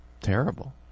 terrible